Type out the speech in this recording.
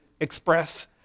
express